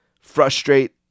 Frustrate